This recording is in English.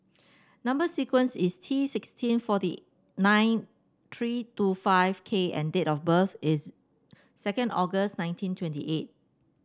number sequence is T sixteen forty nine three two five K and date of birth is second August nineteen twenty eight